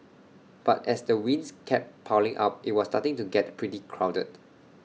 but as the wins kept piling up IT was starting to get pretty crowded